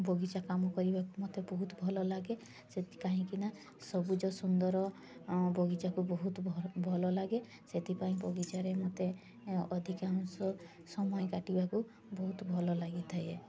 ବଗିଚା କାମ କରିବାକୁ ମୋତେ ବହୁତ ଭଲ ଲାଗେ ସେଥି କାହିଁକି ନା ସବୁଜ ସୁନ୍ଦର ବଗିଚାକୁ ବହୁତ ଭଲ ଲାଗେ ସେଥିପାଇଁ ବଗିଚାରେ ମତେ ଅଧିକାଂଶ ସମୟ କାଟିବାକୁ ବହୁତ ଭଲ ଲାଗିଥାଏ